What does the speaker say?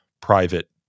private